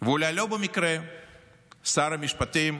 ואולי לא במקרה שר המשפטים,